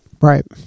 Right